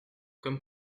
comme